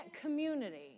community